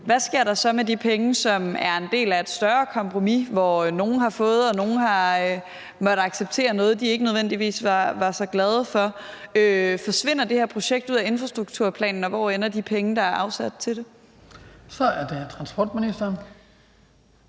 hvad sker der så med de penge, som er en del af et større kompromis, hvor nogle har fået noget, og hvor nogle har måttet acceptere noget, de ikke nødvendigvis var så glade for? Forsvinder det her projekt ud af infrastrukturplanen, og hvor ender de penge, der er afsat til det? Kl. 18:03 Den fg. formand (Hans